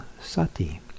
sati